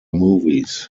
movies